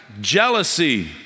Jealousy